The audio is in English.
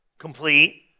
complete